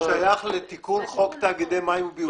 זה שייך לתיקון חוק תאגידי מים וביוב.